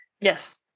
yes